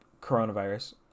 coronavirus